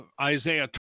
Isaiah